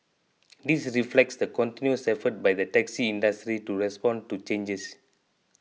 this reflects the continuous efforts by the taxi industry to respond to changes